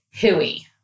hooey